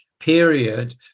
period